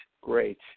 great